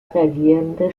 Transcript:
reagierende